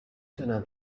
تونم